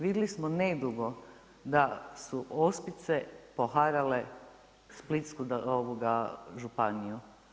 Vidjeli smo nedugo da su ospice poharale Splitsku županiju.